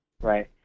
right